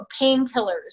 painkillers